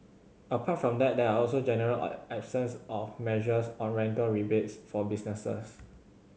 apart from that there also a general absence of measures on rental rebates for businesses